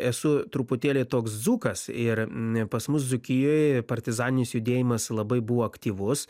esu truputėlį toks dzūkas ir pas mus dzūkijoje partizaninis judėjimas labai buvo aktyvus